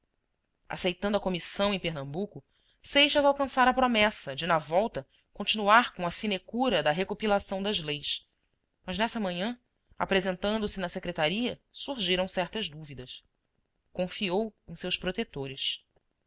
aceitando a comissão em pernambuco seixas alcançara a promessa de na volta continuar com a sinecura da recopilação das leis mas nessa manhã apresentando-se na secretaria surgiram certas dúvidas confiou em seus protetores